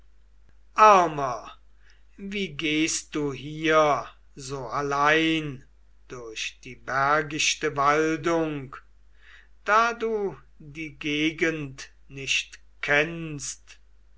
wie gehst du hier so allein durch die bergichte waldung da du die gegend nicht kennst